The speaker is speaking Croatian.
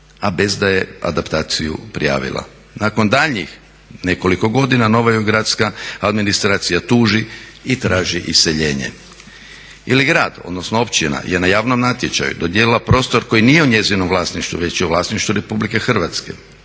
a bez da je adaptaciju prijavila. Nakon daljnjih nekoliko godina nova ju gradska administracija tuži i traži iseljenje. Ili grad odnosno općina je na javnom natječaju dodijelila prostor koji nije u njezinom vlasništvu već je u vlasništvu Republike Hrvatske.